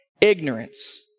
ignorance